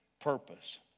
purpose